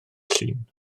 llun